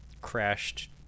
crashed